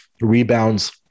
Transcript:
rebounds